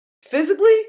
Physically